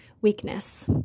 weakness